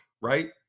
right